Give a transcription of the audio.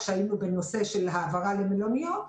עת היינו בנושא של העברה למלוניות,